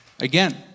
Again